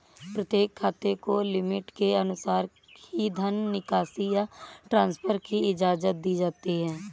प्रत्येक खाते को लिमिट के अनुसार ही धन निकासी या ट्रांसफर की इजाजत दी जाती है